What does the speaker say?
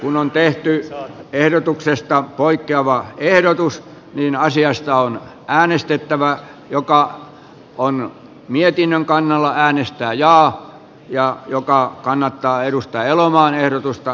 um on tehty ehdotuksesta poikkeavaa ehdotus ei naisia isto on äänestettävä joka on mietinnön kannalla äänistä ajaa ja joka kannattaa edustaja elomaan esitystä